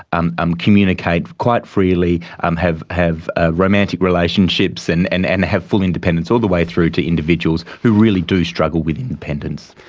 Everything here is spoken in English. and um communicate quite freely, and have have ah romantic relationships and and and have full independence, all the way through to individuals who really do struggle with independence.